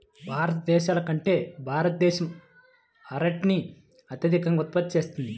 ఇతర దేశాల కంటే భారతదేశం అరటిని అత్యధికంగా ఉత్పత్తి చేస్తుంది